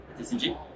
TCG